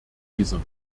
dieser